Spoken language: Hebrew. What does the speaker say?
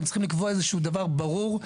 גם צריכים לקבוע איזשהו דבר ברור.